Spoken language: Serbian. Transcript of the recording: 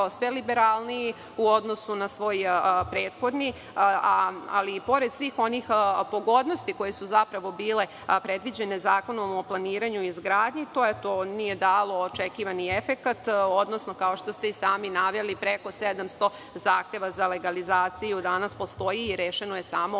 sve liberalniji u odnosu na svoj prethodni, ali, i pored svih onih pogodnosti koje su zapravo bile predviđene Zakonom o planiranju i izgradnji, to nije dalo očekivani efekat, odnosno, kao što ste i sami naveli, preko 700 zahteva za legalizaciju danas postoji. Rešeno je samo